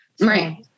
Right